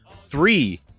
three